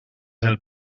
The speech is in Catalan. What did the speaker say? del